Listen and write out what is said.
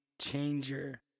changer